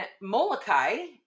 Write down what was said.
Molokai